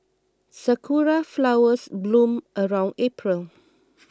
sakura flowers bloom around April